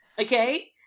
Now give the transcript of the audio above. okay